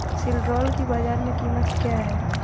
सिल्ड्राल की बाजार में कीमत क्या है?